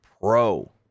pro